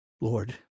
Lord